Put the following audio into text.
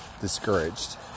discouraged